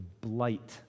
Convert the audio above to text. blight